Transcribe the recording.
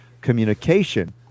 communication